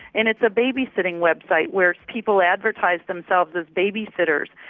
and it's a babysitting website where people advertise themselves as babysitters.